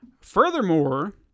Furthermore